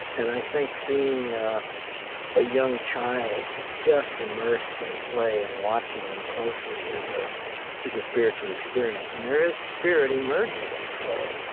and i think seeing a young child just immersed in play and watching them closely is ah is a spiritual experience. and there is spirit emerging emerging in play.